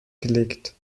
gelegt